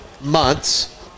months